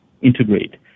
integrate